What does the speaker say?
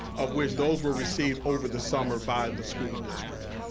of which those were received over the summer by the school district.